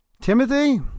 Timothy